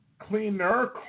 Cleaner